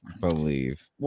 believe